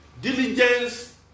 Diligence